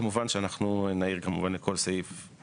כמובן שאנחנו נעיר כמובן את כל סעיף.